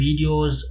videos